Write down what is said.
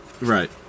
Right